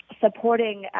supporting